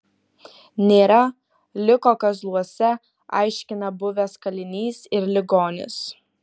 nėra liko kazluose aiškina buvęs kalinys ir ligonis